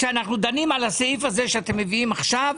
אנחנו דנים על הסעיף הזה שאתם מביאים עכשיו.